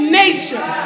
nature